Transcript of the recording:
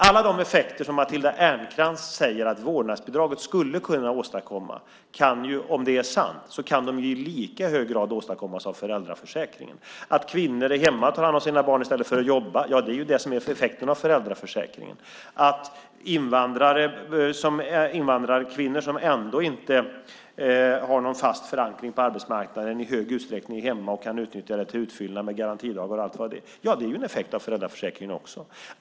Alla de effekter som Matilda Ernkrans säger att vårdnadsbidraget skulle kunna åstadkomma kan ju, om det är sant, i lika hög grad åstadkommas av föräldraförsäkringen. Att kvinnor är hemma och tar hand om sina barn i stället för att jobba är ju det som är effekten av föräldraförsäkringen. Att invandrarkvinnor, som ändå inte har någon fast förankring på arbetsmarknaden, i högre utsträckning är hemma och kan utnyttja detta till utfyllnad, med garantidagar och allt vad det är, är ju en effekt av föräldraförsäkringen också.